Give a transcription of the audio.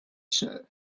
show